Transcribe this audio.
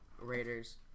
Raiders